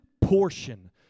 portion